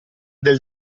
del